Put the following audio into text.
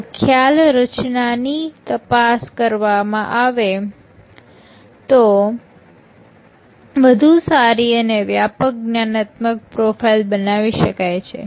જો ખ્યાલ રચના ની તપાસ કરવામાં આવે તો વધુ સારી અને વ્યાપક જ્ઞાનાત્મક પ્રોફાઈલ બનાવી શકાય છે